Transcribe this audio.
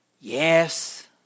Yes